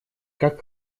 как